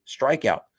strikeout